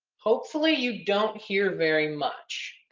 hopefully, you don't hear very much,